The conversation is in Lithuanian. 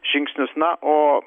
žingsnius na o